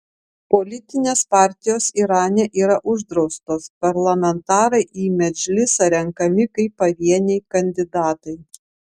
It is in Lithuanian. politinės partijos irane yra uždraustos parlamentarai į medžlisą renkami kaip pavieniai kandidatai